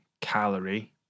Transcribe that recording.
calorie